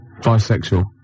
Bisexual